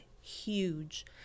Huge